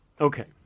okay